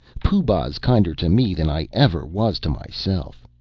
pooh-bah's kinder to me than i ever was to myself.